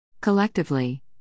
Collectively